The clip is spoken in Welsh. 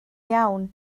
iawn